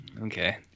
okay